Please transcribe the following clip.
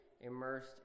immersed